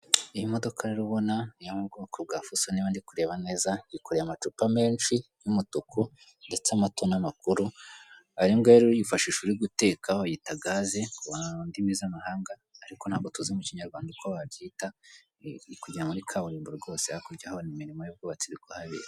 Iyi modoka rero ubona niyo mu bwoko bwa Fuso niba ndikureba neza yikoreye amacupa y'umutuku ndetse amato n'amakuru, aya ngaya rero uyifashisha uri guteka bayita gas mu ndimi z'amahanga ariko ntabwo tuzi mu Kinyarwanda uko wabyita iri kujya muri kaburimbo rwose hakurya urahabona imirimo y'ubwubatsi iri kuhabera.